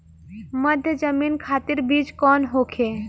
मध्य जमीन खातिर बीज कौन होखे?